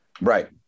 Right